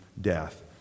death